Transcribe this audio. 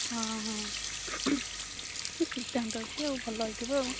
ହଁ ହଁ ସିଦ୍ଧାନ୍ତ ଅଛି ଆଉ ଭଲ ହେଇଥିବ ଆଉ